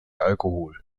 alkohol